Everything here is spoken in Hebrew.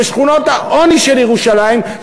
בשכונות העוני של ירושלים,